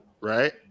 right